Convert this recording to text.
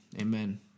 Amen